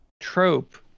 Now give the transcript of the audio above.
trope